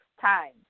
time